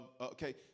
Okay